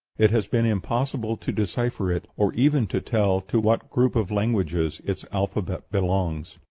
it has been impossible to decipher it, or even to tell to what group of languages its alphabet belongs.